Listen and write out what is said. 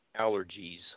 allergies